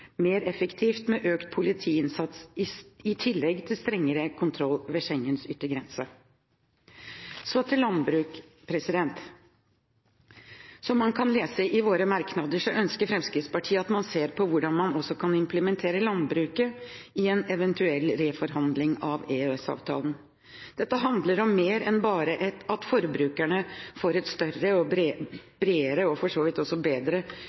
mer effektivt med økt politiinnsats i tillegg til strengere kontroll ved Schengens yttergrense. Så til landbruk. Som man kan lese i våre merknader, ønsker Fremskrittspartiet at man ser på hvordan man også kan implementere landbruket i en eventuell reforhandling av EØS-avtalen. Dette handler om mer enn bare at forbrukerne får et større, bredere og for så vidt også bedre